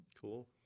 Cool